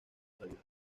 salida